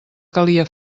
calia